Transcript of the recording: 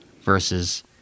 versus